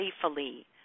playfully